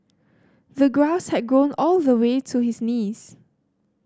the grass had grown all the way to his knees